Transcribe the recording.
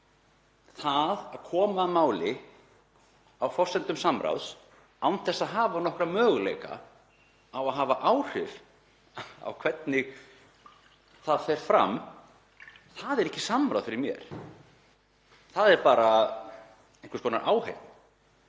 Það að koma að máli á forsendum samráðs án þess að hafa nokkra möguleika á að hafa áhrif á hvernig það fer fram er ekki samráð fyrir mér, það er bara einhvers konar áheyrn.